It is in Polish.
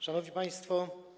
Szanowni Państwo!